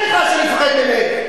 מי את בכלל שאני אפחד ממך?